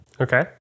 Okay